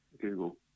Google